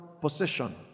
position